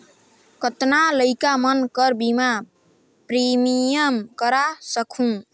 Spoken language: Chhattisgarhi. कतना लइका मन कर बीमा प्रीमियम करा सकहुं?